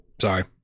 sorry